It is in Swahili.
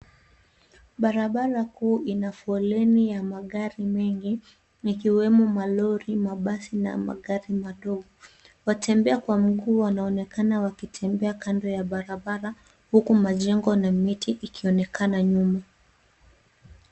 Barabara kuu ina foleni ya magari mengi ikiwemo malori ,mabasi na magari madogo ,watembea kwa mguu wanaonekana wakitembea kando ya barabara huku majengo na miti ikionekana nyuma.